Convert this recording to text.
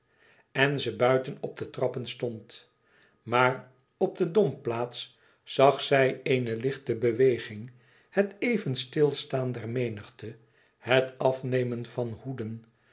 en ze buiten op de trappen stond maar op de domplaats zag zij eene lichte beweging het even stilstaan der menigte het afnemen van hoeden